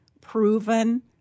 proven